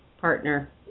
partner